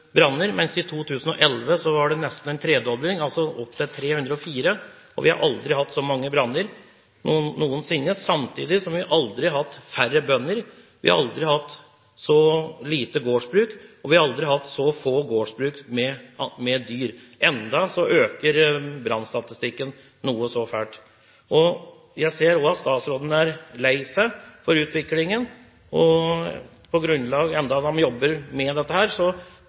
branner, mens i 2011 var det nesten en tredobling, altså opp til 304. Vi har aldri hatt så mange branner noensinne, samtidig som vi aldri har hatt færre bønder. Vi har aldri hatt så få gårdsbruk, og vi har aldri hatt så få gårdsbruk med dyr. Likevel øker brannstatistikken noe så fælt. Jeg ser også at statsråden er lei seg for utviklingen. Selv om dere jobber med dette, blir spørsmålet mitt: Jobber statsråden og regjeringen i feil retning når antall branner øker så